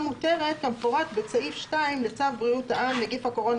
מותרת כמפורט בסעיף 2 לצו בריאות העם (נגיף הקורונה